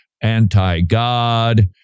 anti-God